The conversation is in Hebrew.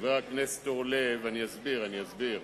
חבר הכנסת אורלב, אני אסביר, אני אסביר.